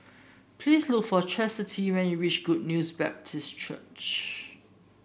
please look for Chasity when you reach Good News Baptist Church